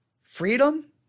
Freedom